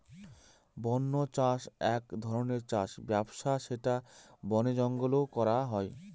বন্য চাষ এক ধরনের চাষ ব্যবস্থা যেটা বনে জঙ্গলে করা হয়